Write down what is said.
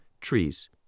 trees